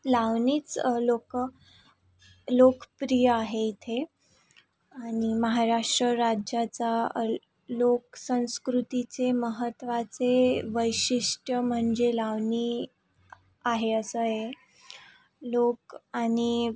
लावणीच लोकं लोकप्रिय आहे इथे आणि महाराष्ट्र राज्याचा अर लोकसंस्कृतीचे महत्वाचे वैशिष्ट्य म्हणजे लावणी आहे असं आहे लोक आणि